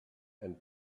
and